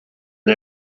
and